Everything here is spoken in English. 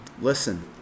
Listen